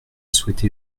souhaité